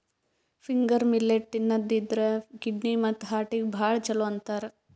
finger millet ತಿನ್ನದ್ರಿನ್ದ kidney ಮತ್ತ್ ಹಾರ್ಟಿಗ್ ಭಾಳ್ ಛಲೋ ಅಂತಾರ್